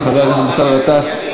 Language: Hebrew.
חבר הכנסת באסל גטאס,